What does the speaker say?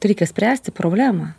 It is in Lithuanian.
tai reikia spręsti problemą